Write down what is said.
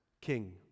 king